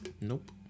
nope